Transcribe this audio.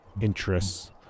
interests